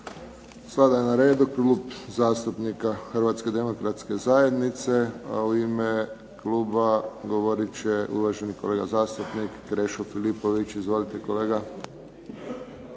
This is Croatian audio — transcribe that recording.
Sada je na redu Klub zastupnika Hrvatske demokratske zajednice, a u ime Kluba govorit će uvaženi kolega zastupnik Krešo Filipović. Izvolite kolega.